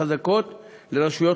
לפי חוק לימוד חובה מוטלת על רשויות